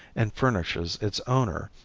and furnishes its owner,